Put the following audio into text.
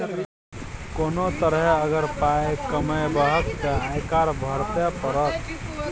कोनो तरहे अगर पाय कमेबहक तँ आयकर भरइये पड़त